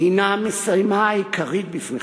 הנה המשימה העיקרית בפניכם,